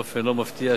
באופן לא מפתיע,